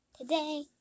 Today